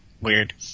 weird